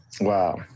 Wow